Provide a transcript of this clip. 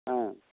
ஆ